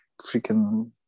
freaking